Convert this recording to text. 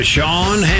Sean